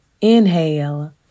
Inhale